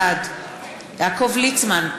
בעד יעקב ליצמן,